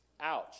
Ouch